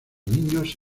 niños